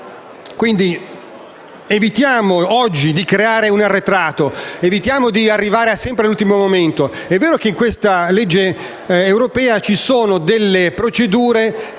PD)*. Evitiamo oggi di creare un arretrato ed evitiamo di arrivare sempre all'ultimo momento. È vero che in questa legge europea ci sono delle procedure